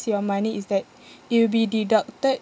your money is that it will be deducted